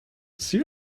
see